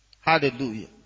Hallelujah